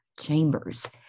Chambers